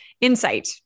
insight